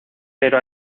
pero